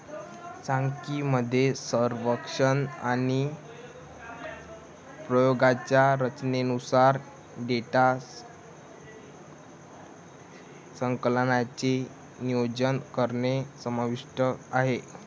सांख्यिकी मध्ये सर्वेक्षण आणि प्रयोगांच्या रचनेनुसार डेटा संकलनाचे नियोजन करणे समाविष्ट आहे